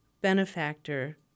benefactor